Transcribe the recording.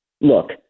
Look